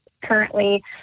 currently